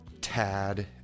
Tad